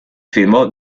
firmó